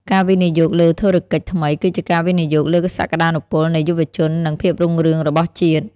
ការវិនិយោគលើធុរកិច្ចថ្មីគឺជាការវិនិយោគលើសក្ដានុពលនៃយុវជន និងភាពរុងរឿងរបស់ជាតិ។